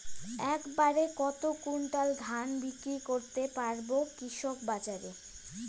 এক বাড়ে কত কুইন্টাল ধান বিক্রি করতে পারবো কৃষক বাজারে?